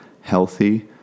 healthy